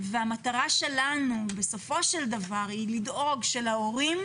והמטרה שלנו בסופו של דבר היא לדאוג שלהורים